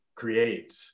creates